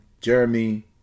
Jeremy